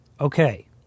Okay